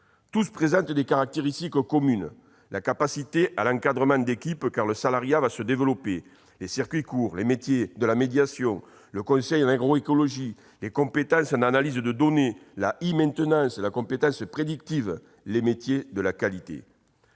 Tous présentent des caractéristiques communes : la capacité à l'encadrement d'équipe, car le salariat va se développer, les circuits courts, les métiers de la médiation, le conseil en agroécologie, les compétences en analyse de données, la e-maintenance et la compétence prédictive, les métiers de la qualité